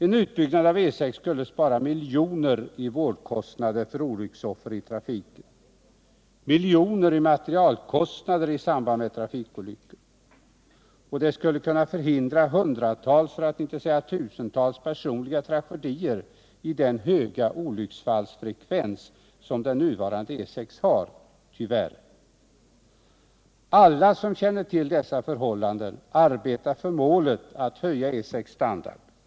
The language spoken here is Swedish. En utbyggnad av E 6 skulle spara miljoner i vårdkostnader för olycksoffer i trafiken samt miljoner i materialkostnader i samband med trafikolyckor och skulle kunna förhindra hundratals för att inte säga tusentals personliga tragedier med den höga olycksfallsfrekvens som den nuvarande E 6 tyvärr har. Alla som känner till dessa förhållanden arbetar för målet att höja standarden på E 6.